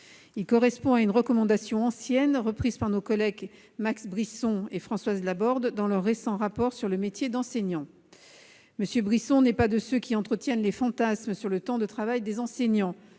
Il correspond à une recommandation ancienne, reprise par nos collègues Max Brisson et Françoise Laborde dans leur récent rapport sur le métier d'enseignant. M. Brisson n'est pas de ceux qui entretiennent des fantasmes sur le temps de travail des enseignants